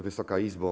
Wysoka Izbo!